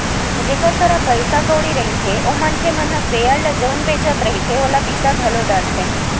जेखर करा पइसा कउड़ी रहिथे ओ मनखे मन ह सेयर ल जउन बेंचत रहिथे ओला बिसा घलो डरथे